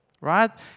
right